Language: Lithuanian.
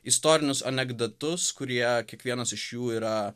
istorinius anekdotus kurie kiekvienas iš jų yra